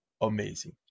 amazing